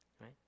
Right